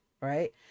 right